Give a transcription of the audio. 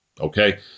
okay